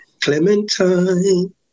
Clementine